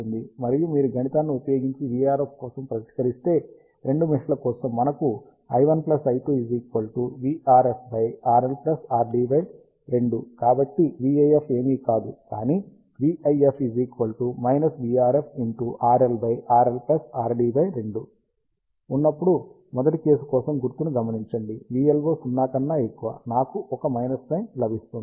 మరియు మీరు గణితాన్ని ఉపయోగించి vRF కోసం పరిష్కరిస్తే రెండు మెష్ ల కోసం మనకు కాబట్టి vIF ఏమీ కాదు కానీ ఉన్నప్పుడు మొదటి కేసు కోసం గుర్తును గమనించండి vLO 0 కన్నా ఎక్కువ నాకు ఒక మైనస్ సైన్ లభిస్తుంది